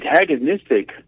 antagonistic